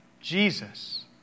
Jesus